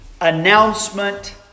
announcement